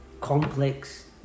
complex